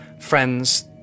friend's